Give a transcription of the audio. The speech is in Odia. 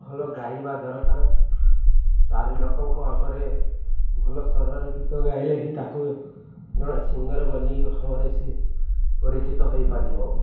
ଭଲ ଗାଇବା ଦରକାର ଚାରି ଲୋକଙ୍କ ଆଗରେ ଭଲ ସ୍ଵରର ଗୀତ ଗାଇଲେ ହିଁ ତାକୁ ଜଣେ ସିଙ୍ଗର୍ ବୋଲି ହିଁ ଭାବରେ ସେ ପରିଚିତ ହେଇପାରିବ